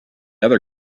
other